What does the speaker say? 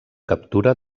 captura